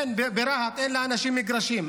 לאנשים ברהט אין מגרשים.